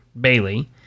Bailey